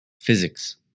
Physics